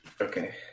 Okay